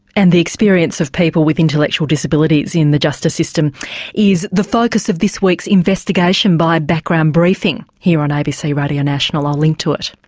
and the experience of people with intellectual disabilities in the justice system is the focus of this week's investigation by background briefing here on abc radio national. i'll link to it.